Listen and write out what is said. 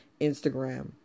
Instagram